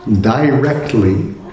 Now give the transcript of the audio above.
directly